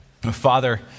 Father